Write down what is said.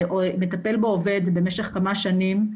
שמטפל בו עובד במשך כמה שנים,